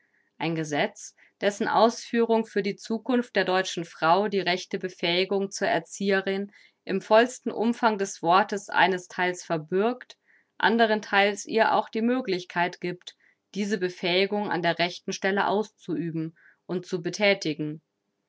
ein gesetz dessen ausführung für die zukunft der deutschen frau die rechte befähigung zur erzieherin im vollsten umfang des wortes einestheils verbürgt anderentheils ihr auch die möglichkeit gibt diese befähigung an der rechten stelle auszuüben und zu bethätigen